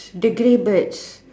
the grey birds